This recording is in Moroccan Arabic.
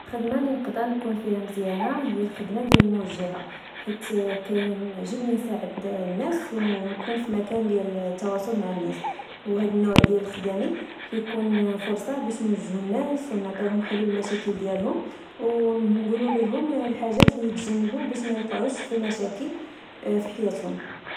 الخدمة اللي نقدر نكون فيها مزيانة هي الخدمة ديال موجهة. حيث كعجبني نساعد الناس ونكون في مكان ديال التواصل مع الناس. و هاد النوع ديال الخدامي، ككون فرصة باش نوجهو الناس، ونعطيوهم حلول لمشاكل ديالهم ونچولو ليهم الحجات لتجنبو باش ميوقعوش في المشاكل في حياتهم